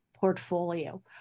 portfolio